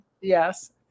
Yes